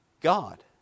God